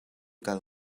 kal